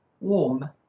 warm